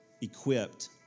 equipped